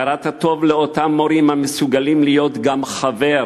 הכרת הטוב לאותם מורים המסוגלים להיות גם חבר